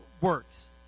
works